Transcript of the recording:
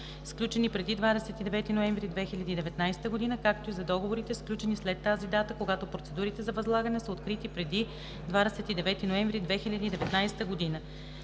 сключени преди 29 ноември 2019 г., както и за договорите, сключени след тази дата, когато процедурите за възлагането са открити преди 29 ноември 2019 г.“